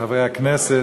חברי הכנסת,